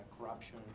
corruption